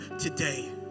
today